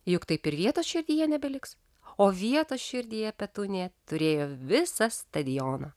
juk taip ir vietos širdyje nebeliks o vietos širdyje petunija turėjo visą stadioną